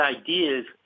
ideas